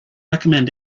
recommend